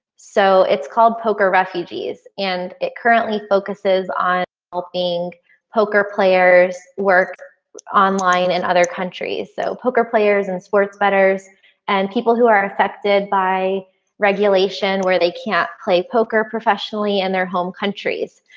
so it's called poker refugees and it currently focuses on helping poker players work online in and other countries so poker players and sports betters and people who are affected by regulation where they can't play poker professionally in their home countries.